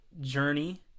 journey